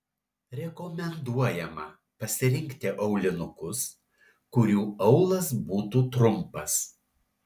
rekomenduojama pasirinkti aulinukus kurių aulas būtų trumpas